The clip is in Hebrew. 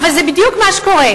אבל זה בדיוק מה שקורה.